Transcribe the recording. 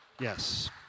Yes